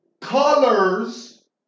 colors